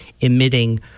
emitting